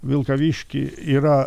vilkavišky yra